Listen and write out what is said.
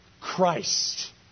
Christ